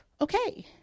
Okay